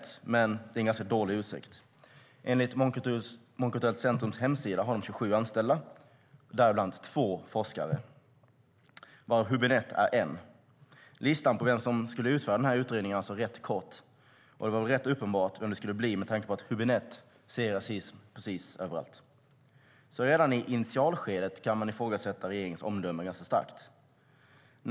Enligt Mångkulturellt centrums hemsida har de 27 anställda, däribland två forskare varav Hübinette är en. Listan på vem som skulle utföra utredningen är alltså rätt kort. Det var ganska uppenbart vem det skulle bli med tanke på att Hübinette ser rasism precis överallt. Redan i initialskedet kan man alltså ifrågasätta regeringens omdöme ganska starkt.